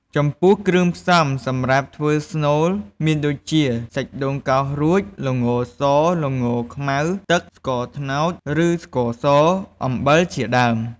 ចំពោះ គ្រឿងផ្សំសម្រាប់ធ្វើស្នូលមានដូចជា សាច់ដូងកោសរួច ល្ងស ល្ងខ្មៅ ទឹក ស្ករត្នោត ឬស្ករស អំបិលជាដើម។